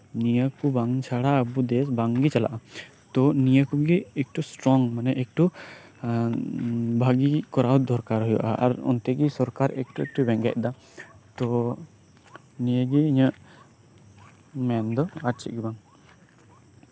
ᱱᱤᱭᱟᱹ ᱠᱚ ᱵᱟᱝ ᱪᱷᱟᱲᱟ ᱟᱵᱚ ᱫᱮᱥ ᱵᱟᱝᱜᱮ ᱪᱟᱞᱟᱜᱼᱟ ᱛᱳ ᱱᱤᱭᱟᱹ ᱠᱚᱜᱮ ᱮᱠᱴᱩ ᱥᱴᱚᱨᱚᱝ ᱮᱠᱴᱩ ᱵᱷᱟᱹᱜᱤ ᱠᱚᱨᱟᱣ ᱫᱚᱨᱠᱟᱨ ᱦᱩᱭᱩᱜᱼᱟ ᱟᱨ ᱫᱮᱠᱷᱤ ᱥᱚᱨᱠᱟᱨ ᱮᱠᱴᱩ ᱮᱠᱴᱩ ᱵᱮᱸᱜᱮᱫ ᱫᱟᱭ ᱟᱨ ᱛᱳ ᱱᱤᱭᱟᱹ ᱜᱮ ᱤᱧᱟᱹᱜ ᱢᱮᱱ ᱫᱚ ᱟᱨ ᱪᱮᱫ ᱦᱚᱸ ᱵᱟᱝ